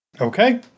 Okay